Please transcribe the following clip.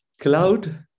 cloud